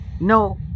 No